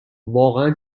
واقعا